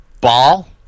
ball